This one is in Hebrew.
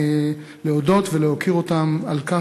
ולהודות ולהוקיר אותם על כך.